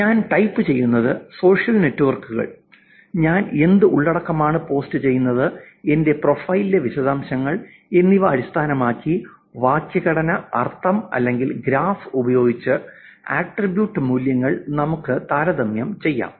ഞാൻ ടൈപ്പുചെയ്യുന്നത് സോഷ്യൽ നെറ്റ്വർക്കുകൾ ഞാൻ എന്ത് ഉള്ളടക്കമാണ് പോസ്റ്റുചെയ്യുന്നത് എന്റെ പ്രൊഫൈലുകളിലെ വിശദാംശങ്ങൾ എന്നിവ അടിസ്ഥാനമാക്കി വാക്യഘടന അർത്ഥം അല്ലെങ്കിൽ ഗ്രാഫ് ഉപയോഗിച്ച് ആട്രിബ്യൂട്ട് മൂല്യങ്ങൾ നമുക്ക് താരതമ്യം ചെയ്യാം